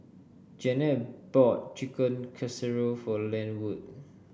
Janette bought Chicken Casserole for Lenwood